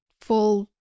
full